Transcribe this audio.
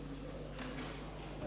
Hvala.